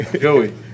Joey